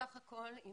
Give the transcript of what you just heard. בסך הכול, אני